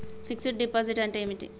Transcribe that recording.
Fix డ్ deposit అంటే ఏమిటి?